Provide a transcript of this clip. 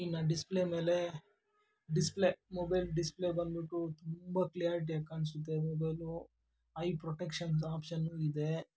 ಇನ್ನು ಡಿಸ್ಪ್ಲೇ ಮೇಲೇ display mobile display ಬಂದುಬಿಟ್ಟು ತುಂಬ ಕ್ಲ್ಯಾರಿಟಿಯಾಗಿ ಕಾಣಿಸುತ್ತೆ ಮೊಬೈಲು ಐ ಪ್ರೊಟೆಕ್ಷನ್ಸ್ ಆಪ್ಶನ್ನೂ ಇದೆ